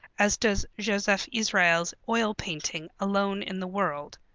as does josef israels' oil painting, alone in the world.